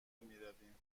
میبریم